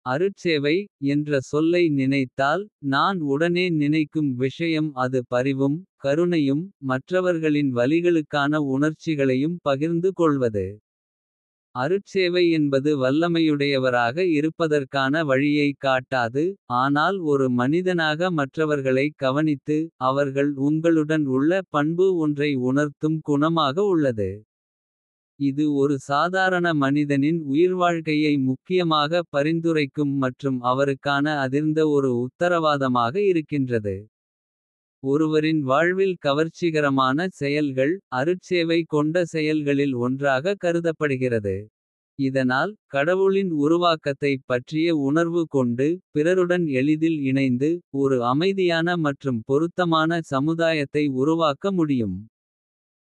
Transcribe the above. அருட்சேவை என்ற சொல்லை நினைத்தால். நான் உடனே நினைக்கும் விஷயம் அது பரிவும் கருணையும். மற்றவர்களின் வலிகளுக்கான உணர்ச்சிகளையும் பகிர்ந்து கொள்வது. அருட்சேவை என்பது வல்லமையுடையவராக இருப்பதற்கான. வழியை காட்டாது ஆனால் ஒரு மனிதனாக மற்றவர்களை கவனித்து. அவர்கள் உங்களுடன் உள்ள பண்பு ஒன்றை உணர்த்தும். குணமாக உள்ளது இது ஒரு சாதாரண மனிதனின். உயிர்வாழ்கையை முக்கியமாக பரிந்துரைக்கும் மற்றும். அவருக்கான அதிர்ந்த ஒரு உத்தரவாதமாக இருக்கின்றது. ஒருவரின் வாழ்வில் கவர்ச்சிகரமான செயல்கள். அருட்சேவை கொண்ட செயல்களில் ஒன்றாக கருதப்படுகிறது. இதனால் கடவுளின் உருவாக்கத்தை பற்றிய உணர்வு கொண்டு. பிறருடன் எளிதில் இணைந்து ஒரு அமைதியான மற்றும். பொருத்தமான சமுதாயத்தை உருவாக்க முடியும்.